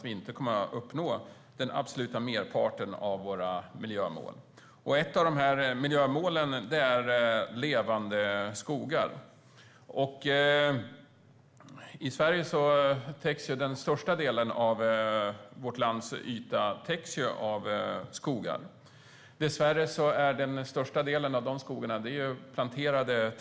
Vi kommer alltså inte att uppnå merparten av våra miljömål. Ett av miljömålen är Levande skogar. I Sverige täcks den största delen av landets yta av skogar. Dessvärre är den största delen av dessa skogar planterade.